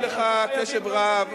הקשבתי לך קשב רב.